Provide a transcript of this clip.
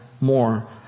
more